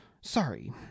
Sorry